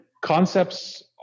Concepts